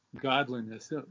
godliness